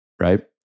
right